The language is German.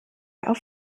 auf